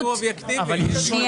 אלה שני